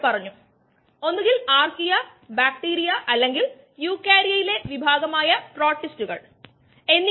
ഇവ സൂക്ഷ്മാണുക്കൾ ഉൽപാദിപ്പിക്കുകയും വ്യവസായത്തിൽ വ്യാപകമായി ഉപയോഗിക്കുകയും ചെയ്യുന്നു